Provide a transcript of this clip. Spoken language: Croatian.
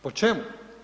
Po čemu?